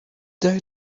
day